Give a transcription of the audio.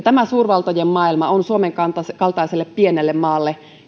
tämä suurvaltojen maailma on suomen kaltaiselle pienelle maalle